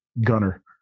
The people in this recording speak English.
gunner